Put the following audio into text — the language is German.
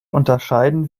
unterscheiden